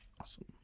Awesome